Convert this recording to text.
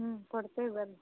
ಹ್ಞೂ ಕೊಡ್ತೇವೆ ಬನ್ರಿ